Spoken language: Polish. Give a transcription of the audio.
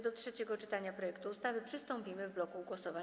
Do trzeciego czytania projektu ustawy przystąpimy w bloku głosowań.